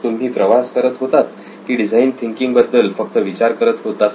तुम्ही प्रवास करत होतात की डिझाईन थिंकींग बद्दल फक्त विचार करत होतात